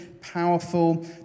powerful